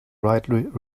bright